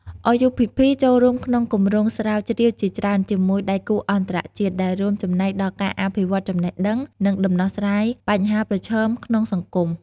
RUPP ចូលរួមក្នុងគម្រោងស្រាវជ្រាវជាច្រើនជាមួយដៃគូអន្តរជាតិ ដែលរួមចំណែកដល់ការអភិវឌ្ឍចំណេះដឹង និងដំណោះស្រាយបញ្ហាប្រឈមក្នុងសង្គម។